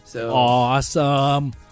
Awesome